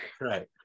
right